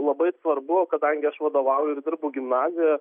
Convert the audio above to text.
labai svarbu kadangi aš vadovauju ir dirbu gimnazijoje